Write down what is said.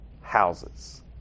houses